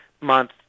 month